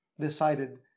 decided